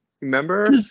remember